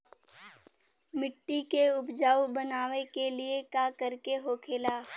मिट्टी के उपजाऊ बनाने के लिए का करके होखेला?